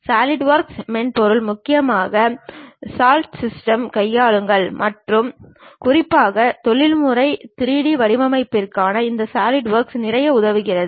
SolidWorks மென்பொருள் முக்கியமாக Dassault Systems கையாளுகிறது மற்றும் குறிப்பாக தொழில்முறை 3D வடிவமைப்பிற்காக இந்த சாலிட்வொர்க்ஸ் நிறைய உதவுகிறது